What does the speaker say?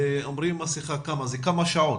מסכה זה כמה שעות,